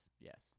Yes